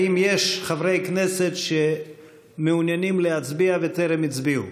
האם יש חברי כנסת שמעוניינים להצביע וטרם הצביעו?